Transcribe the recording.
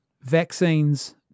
vaccines